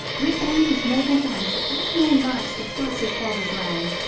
writ down his noble hand for all your knights to pass his father's land,